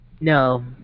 No